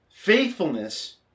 Faithfulness